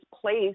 place